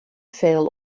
veel